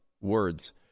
words